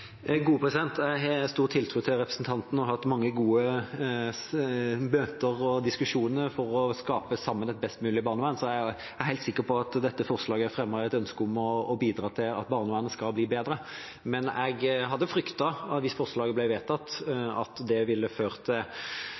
Jeg har stor tiltro til representanten, og vi har hatt mange gode møter og diskusjoner for sammen å skape et best mulig barnevern, så jeg er helt sikker på at dette forslaget er fremmet i et ønske om å bidra til at barnevernet skal bli bedre. Men jeg hadde fryktet, hvis forslaget ble vedtatt, at det ville ført til